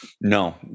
No